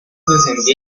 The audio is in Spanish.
descendientes